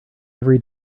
every